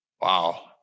Wow